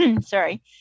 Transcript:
sorry